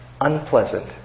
unpleasant